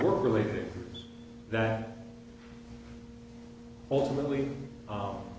work related that ultimately